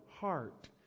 heart